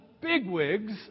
bigwigs